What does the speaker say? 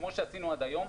כמו שעשינו עד היום,